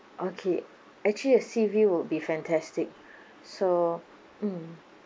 okay actually a sea view would be fantastic so mmhmm